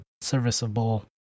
serviceable